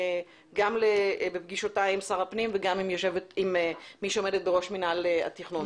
גם בפגישותיי עם שר הפנים וגם עם מי שעומדת עם ראש מינהל התכנון.